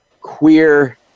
queer